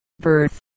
birth